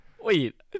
Wait